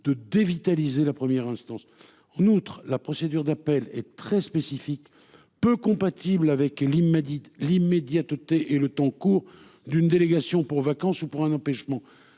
de dévitaliser la première instance. En outre, la procédure d'appel et très spécifique. Peu compatible avec m'dit l'immédiateté et le temps court d'une délégation pour vacances pour un empêchement